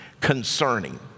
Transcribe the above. concerning